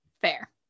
Fair